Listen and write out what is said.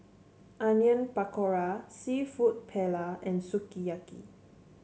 Onion Pakora seafood Paella and Sukiyaki